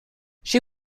she